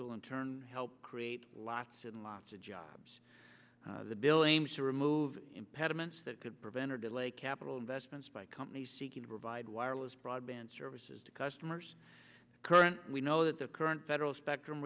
will in turn help create lots and lots of jobs the bill aims to remove impediments that could prevent or delay capital investments by companies seeking to provide wireless broadband services to customers current we know that the current federal spectrum